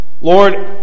Lord